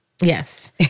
Yes